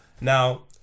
now